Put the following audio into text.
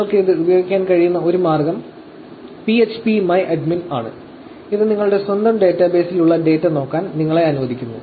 നിങ്ങൾക്ക് ഇത് ഉപയോഗിക്കാൻ കഴിയുന്ന ഒരു മാർഗ്ഗം phpMyAdmin ആണ് ഇത് നിങ്ങളുടെ സ്വന്തം ഡാറ്റാബേസിൽ ഉള്ള ഡാറ്റ നോക്കാൻ നിങ്ങളെ അനുവദിക്കുന്നു